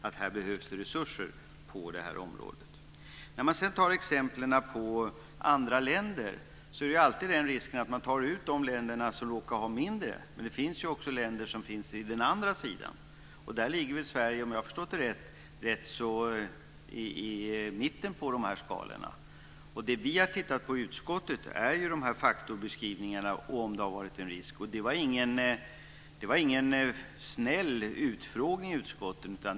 Det behövs resurser på det här området. När man tar exempel från andra länder finns alltid risken att man väljer ut de länder som har lägre värden. Men det finns också länder på motsatt sida av skalan. Sverige ligger väl, om jag har förstått det rätt, i mitten. Det vi har tittat närmare på i utskottet är faktorbeskrivningarna och om det har funnits en risk. Det var ingen snäll utfrågning i utskottet.